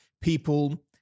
people